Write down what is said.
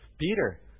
Peter